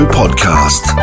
podcast